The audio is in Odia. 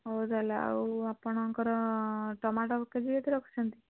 ହଉ ତା'ହେଲେ ଆଉ ଆପଣଙ୍କର ଟମାଟୋ କେଜି କେତେ ରଖିଛନ୍ତି